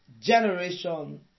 generation